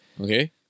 Okay